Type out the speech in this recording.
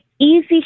easy